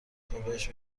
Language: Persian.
تابهش